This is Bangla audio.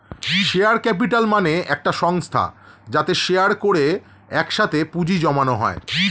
শেয়ার ক্যাপিটাল মানে একটি সংস্থা যাতে শেয়ার করে একসাথে পুঁজি জমানো হয়